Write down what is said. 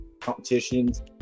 competitions